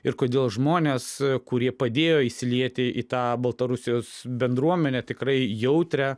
ir kodėl žmonės kurie padėjo įsilieti į tą baltarusijos bendruomenę tikrai jautrią